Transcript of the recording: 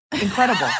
incredible